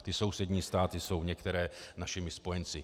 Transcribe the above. Ty sousední státy jsou některé našimi spojenci.